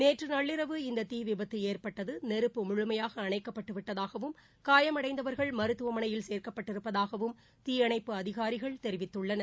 நேற்று நள்ளிரவு இந்த தீ விபத்து ஏற்பட்டது நெருப்பு முழுமையாக அணைக்கப்பட்டு விட்டதாகவும் காயமடைந்தவர்கள் மருத்துவமனையில் சேர்க்கப்பட்டிருப்பதாகவும் தீயணைப்பு அதிகாரிகள் தெரிவித்துள்ளார்கள்